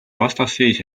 vastasseis